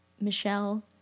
Michelle